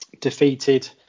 defeated